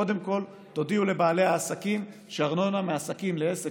קודם כול תודיעו לבעלי העסקים שארנונה מעסקים לעסק